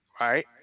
Right